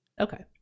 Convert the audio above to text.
Okay